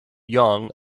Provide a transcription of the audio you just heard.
yong